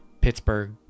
Pittsburgh